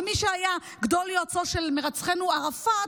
מי שהיה גדול יועציו של מרצחנו ערפאת,